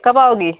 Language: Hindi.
कब आओगी